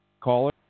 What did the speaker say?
caller